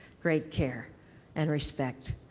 great care and respect,